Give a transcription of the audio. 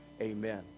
Amen